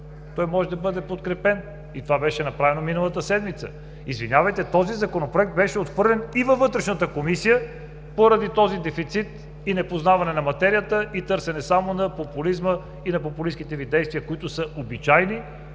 може да бъде подкрепен и това беше направено миналата седмица. Извинявайте, този Законопроект беше отхвърлен и във Вътрешната комисия поради този дефицит и непознаване на материята, и търсене само на популизма и на популистките Ви действия, които са обичайни